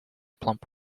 plump